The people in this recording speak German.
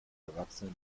erwachsene